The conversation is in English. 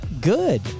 good